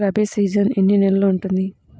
Rabi season ఎన్ని నెలలు ఉంటుంది?